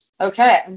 Okay